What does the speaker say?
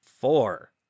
Four